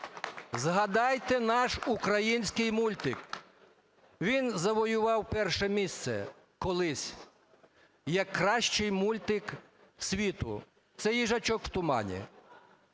Згадайте наш український мультик, він завоював перше місце колись як кращій мультик світу, це "Їжачок в тумані".